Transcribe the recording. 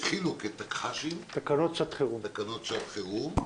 התחילו כתקש"חים - תקנות שעת חירום,